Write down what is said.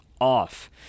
off